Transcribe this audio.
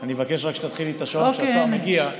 אבל אני אבקש רק שתתחיל את השעון כשהשר מגיע.